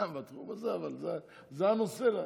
אבל זה הנושא עכשיו,